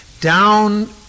down